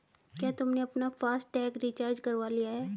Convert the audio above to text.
क्या तुमने अपना फास्ट टैग रिचार्ज करवा लिया है?